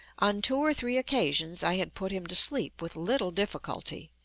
on two or three occasions i had put him to sleep with little difficulty,